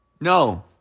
No